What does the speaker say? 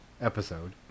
episode